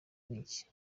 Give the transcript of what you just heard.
niki